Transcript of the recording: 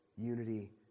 Unity